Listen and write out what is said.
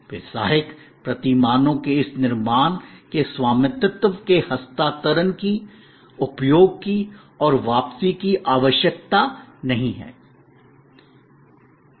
व्यावसायिक प्रतिमानों के इस निर्माण के स्वामित्व के हस्तांतरण की उपयोग की और वापसी की आवश्यकता नहीं